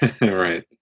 Right